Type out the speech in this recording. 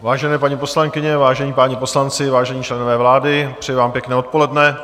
Vážené paní poslankyně, vážení páni poslanci, vážení členové vlády, přeji vám pěkné odpoledne.